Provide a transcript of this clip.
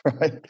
right